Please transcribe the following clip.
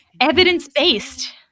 Evidence-based